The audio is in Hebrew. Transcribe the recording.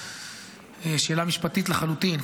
שאלה משפטית לחלוטין,